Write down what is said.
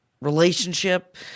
relationship